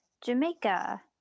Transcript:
Jamaica